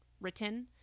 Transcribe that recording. written